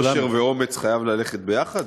יושר ואומץ חייבים ללכת ביחד?